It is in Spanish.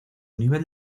nivel